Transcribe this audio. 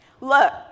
Look